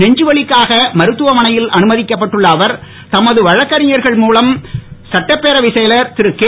நெஞ்சுவலிக்காக மருத்துவமனையில் அனுமதிக்கப்பட்டுள்ள அவர் தமது வழக்கறிஞர்கள் மூலம் சட்டப்பேரவைச் செயலர் திரு கே